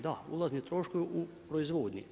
Da, ulazni troškovi u proizvodnji.